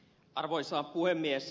arvoisa puhemies